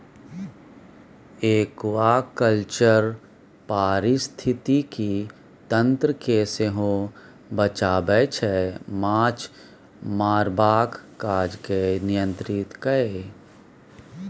aquaculture पारिस्थितिकी तंत्र केँ सेहो बचाबै छै माछ मारबाक काज केँ नियंत्रित कए